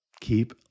Keep